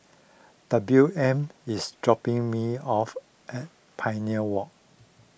W M is dropping me off at Pioneer Walk